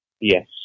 Yes